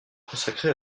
consacré